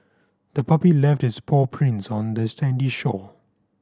the puppy left its paw prints on the sandy shore